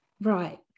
right